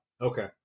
Okay